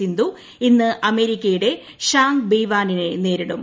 സിന്ധു ഇന്ന് അമേരിക്കയുടെ ഷാങ്ബെയ്വെനിനെ നേരിടും